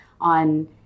on